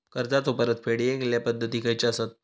कर्जाचो परतफेड येगयेगल्या पद्धती खयच्या असात?